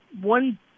one